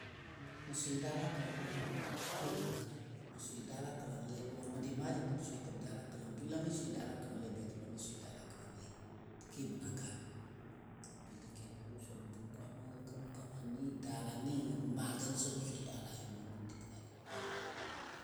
Mə swɨ daala kəlangle kebɔ nən gaan mə swɨ daala kəlangle lɔ məndi ma jə nəb swɨtə daala kəlang, bwɨlami swɨ daaala kəlangle betəlɔmi swɨ daala kəlangle kebo na gaan. Bɨləngkel win swar n bu kwaama gəm kang a nɨ daalanɨ gən maa gən sən swɨgan a rayuwa məndi.